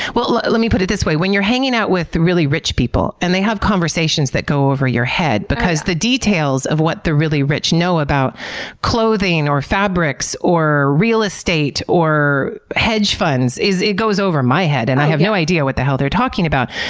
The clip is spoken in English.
well, let me put it this way, when you're hanging out with really rich people and they have conversations that go over your head because the details of what the really rich know about clothing, or fabrics, or real estate, or hedge funds, it goes over my head and i have no idea what the hell they're talking about.